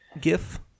gif